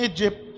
Egypt